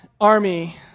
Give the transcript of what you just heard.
army